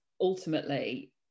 ultimately